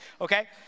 Okay